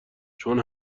چون